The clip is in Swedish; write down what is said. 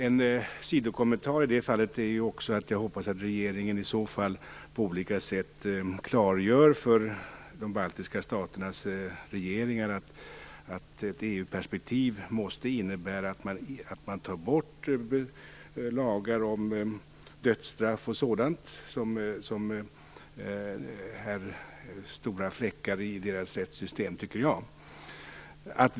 En sidokommentar till detta är att jag hoppas att regeringen också på olika sätt klargör för de baltiska staternas regeringar att ett EU-perspektiv måste innebära att man tar bort lagar om dödsstraff m.m., som jag anser vara stora fläckar på dessa länders rättssystem.